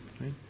Right